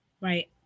Right